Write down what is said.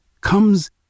comes